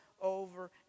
over